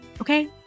Okay